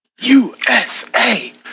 USA